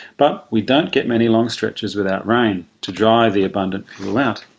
but we don't get many long stretches without rain to dry the abundant fuel out.